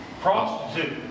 Prostitute